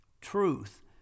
Truth